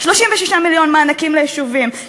36 מיליון מענקים ליישובים,